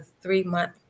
three-month